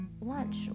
lunch